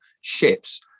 ships